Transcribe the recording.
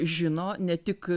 žino ne tik